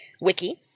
wiki